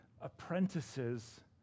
apprentices